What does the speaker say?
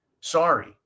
sorry